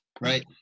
right